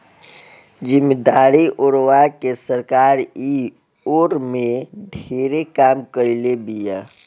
जमीदारी ओरवा के सरकार इ ओर में ढेरे काम कईले बिया